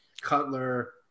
Cutler